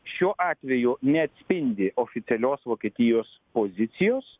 šiuo atveju neatspindi oficialios vokietijos pozicijos